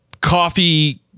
coffee